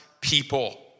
people